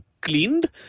cleaned